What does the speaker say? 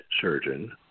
surgeon